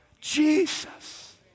Jesus